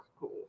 cool